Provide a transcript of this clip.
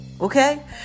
Okay